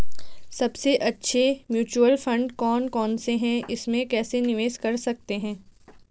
सबसे अच्छे mutual fund कौन कौनसे हैं इसमें कैसे निवेश कर सकते हैं?